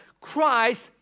Christ